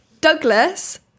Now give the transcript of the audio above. Douglas